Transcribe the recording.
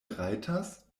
rajtas